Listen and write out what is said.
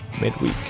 midweek